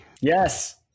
Yes